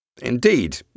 Indeed